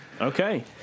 Okay